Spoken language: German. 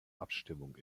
abstimmung